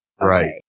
Right